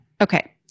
Okay